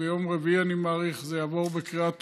ביום רביעי, אני מעריך, זה יעבור בקריאה טרומית,